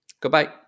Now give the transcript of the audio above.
Goodbye